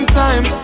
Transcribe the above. time